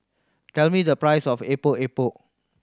tell me the price of Epok Epok